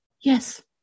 Yes